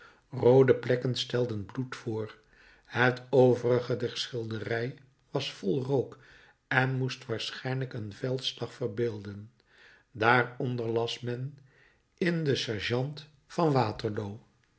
roode plekken stelden bloed voor het overige der schilderij was vol rook en moest waarschijnlijk een veldslag verbeelden daaronder las men in den sergeant van waterloo